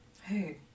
Hey